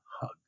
hug